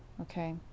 okay